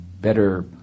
better